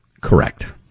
Correct